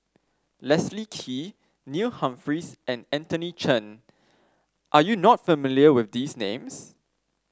Leslie Kee Neil Humphreys and Anthony Chen are you not familiar with these names